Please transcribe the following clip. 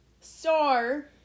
Star